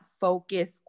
focus